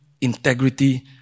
integrity